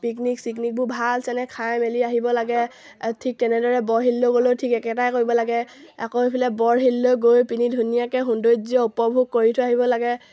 picnic চিকনিকবোৰ ভাল চেনে খাই মেলি আহিব লাগে ঠিক তেনেদৰে বৰশিললৈয়ো ঠিক একেটাই কৰিব লাগে আকৌ এইফালে বৰশিললৈ গৈ পিনি ধুনীয়াকৈ সৌন্দৰ্য উপভোগ কৰি থৈ আহিব লাগে